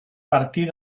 partir